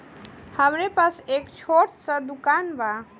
हमरे पास एक छोट स दुकान बा